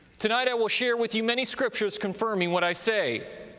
tonight i will share with you many scriptures confirming what i say.